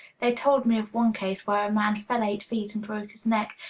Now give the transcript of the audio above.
they told me of one case where a man fell eight feet and broke his neck,